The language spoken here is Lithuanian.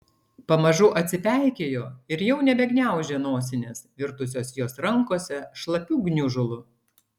pamažu atsipeikėjo ir jau nebegniaužė nosinės virtusios jos rankose šlapiu gniužulu